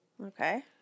Okay